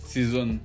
Season